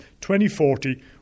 2040